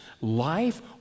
Life